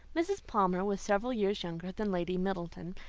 mrs. palmer was several years younger than lady middleton,